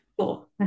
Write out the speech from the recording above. cool